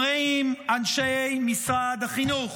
אומרים אנשי משרד החינוך,